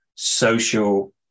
social